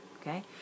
okay